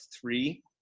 three